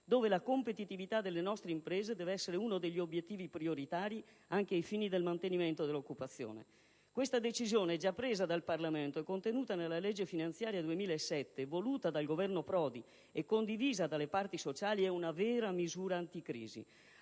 cui la competitività delle nostre imprese deve essere uno degli obiettivi prioritari anche ai fini del mantenimento dell'occupazione. Questa decisione, già presa dal Parlamento e contenuta nella legge finanziaria 2007 (voluta dal Governo Prodi e condivisa dalle parti sociali), è una vera misura anticrisi.